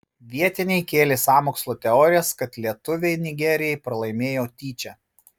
vietiniai kėlė sąmokslo teorijas kad lietuviai nigerijai pralaimėjo tyčia